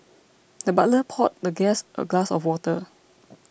the butler poured the guest a glass of water